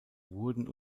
wurden